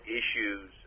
issues